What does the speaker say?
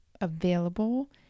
available